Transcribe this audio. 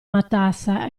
matassa